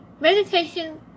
Meditation